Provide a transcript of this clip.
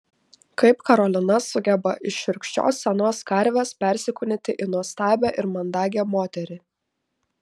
kaip karolina sugeba iš šiurkščios senos karvės persikūnyti į nuostabią ir mandagią moterį